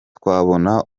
twabona